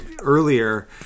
earlier